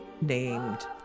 named